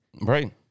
Right